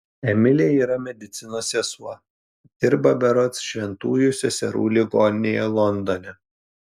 emilė yra medicinos sesuo dirba berods šventųjų seserų ligoninėje londone